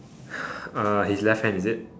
uh his left hand is it